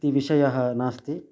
इति विषयः नास्ति